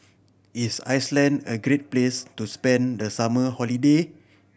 is Iceland a great place to spend the summer holiday